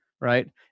right